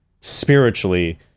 spiritually